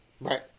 Right